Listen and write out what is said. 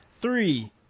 Three